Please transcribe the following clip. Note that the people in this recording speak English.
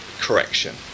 correction